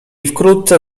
wkrótce